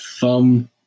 thumb